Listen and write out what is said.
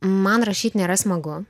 man rašyti nėra smagu